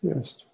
Yes